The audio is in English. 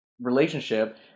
relationship